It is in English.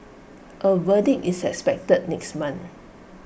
A verdict is expected next month